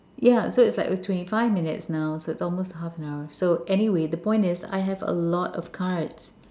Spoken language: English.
yeah so it's like twenty five minutes now so it's almost half an hour so anyway the point is I have a lot of cards